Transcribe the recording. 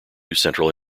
central